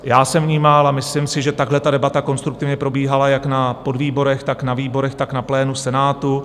Já jsem vnímal a myslím si, že takhle ta debata konstruktivně probíhala jak na podvýborech, tak na výborech, tak na plénu Senátu.